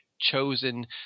chosen –